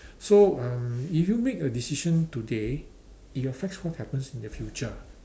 so um if you make a decision today it affects what happens in the future